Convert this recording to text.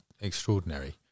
extraordinary